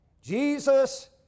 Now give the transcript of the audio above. Jesus